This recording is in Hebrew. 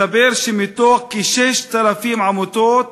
מסתבר שמתוך כ-6,000 עמותות,